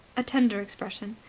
a tender expression.